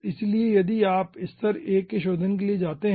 इसलिए यदि आप स्तर 1 के शोधन के लिए जाते हैं